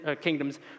kingdoms